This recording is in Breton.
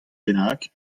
bennak